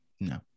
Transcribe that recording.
No